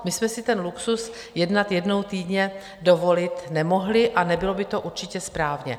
My jsme si ten luxus jednat jednou týdně dovolit nemohli a nebylo by to určitě správně.